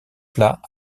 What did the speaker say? plat